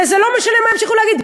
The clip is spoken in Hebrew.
וזה לא משנה מה ימשיכו להגיד.